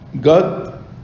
God